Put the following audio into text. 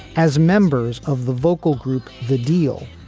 as members of the vocal group the deal.